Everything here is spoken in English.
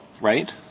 Right